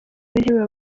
w’intebe